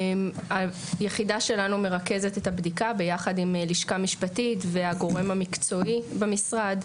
היחידה שלנו מרכזת את הבדיקה ביחד עם לשכה משפטית והגורם המקצועי במשרד.